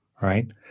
Right